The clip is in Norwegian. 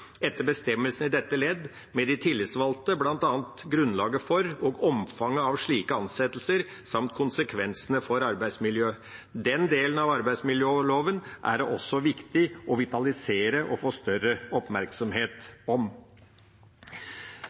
etter bestemmelsene i dette ledd med de tillitsvalgte, blant annet grunnlaget for og omfanget av slike ansettelser. samt konsekvensene for arbeidsmiljøet.» Den delen av arbeidsmiljøloven er det også viktig å vitalisere og få større oppmerksomhet om.